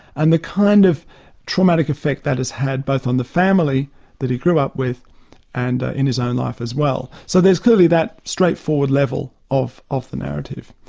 and the kind of traumatic effect that has had, both on the family that he grew up with and in his own life as well. so there is clearly that straightforward level of of the narrative.